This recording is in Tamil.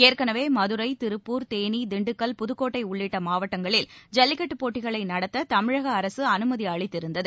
ஏற்கனவே மதுரை திருப்பூர் தேளி திண்டுக்கல் புதுக்கோட்டை உள்ளிட்ட மாவட்டங்களில் ஜல்லிக்கட்டு போட்டிகளை நடத்த தமிழக அரசு அனுமதி அளித்திருந்தது